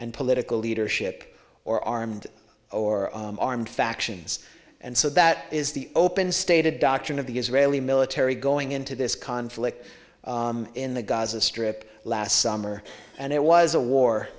and political leadership or armed or armed factions and so that is the open stated doctrine of the israeli military going into this conflict in the gaza strip last summer and it was a war